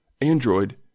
Android